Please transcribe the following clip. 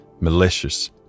malicious